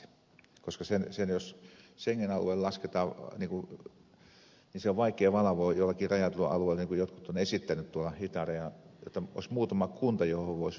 jos schengen alueelle lasketaan niin se on vaikea valvoa jollakin rajatulla alueella niin kuin jotkut ovat esittäneet tuolla itärajalla että olisi muutama kunta johon voisi viisumivapaasti tulla